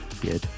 good